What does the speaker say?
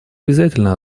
обязательно